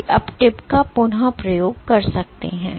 कि आप टिप का पुन उपयोग कर सकते हैं